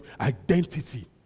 identity